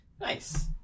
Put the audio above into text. Nice